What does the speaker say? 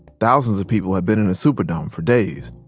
thousands of people had been in the superdome for days.